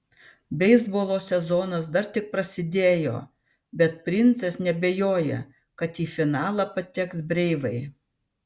beisbolo sezonas dar tik prasidėjo bet princas neabejoja kad į finalą pateks breivai